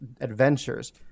adventures